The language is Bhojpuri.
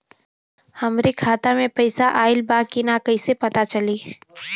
हमरे खाता में पैसा ऑइल बा कि ना कैसे पता चली?